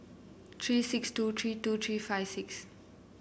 three six two three two three five six